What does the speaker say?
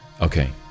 Okay